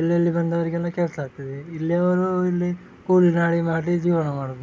ಎಲ್ಲೆಲ್ಲಿ ಬಂದವರಿಗೆಲ್ಲ ಕೆಲಸ ಆಗ್ತದೆ ಇಲ್ಲಿಯವರು ಇಲ್ಲಿ ಕೂಲಿ ನಾಲಿ ಮಾಡಿ ಜೀವನ ಮಾಡೋದು